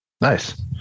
Nice